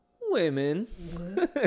Women